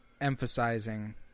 emphasizing